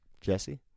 Jesse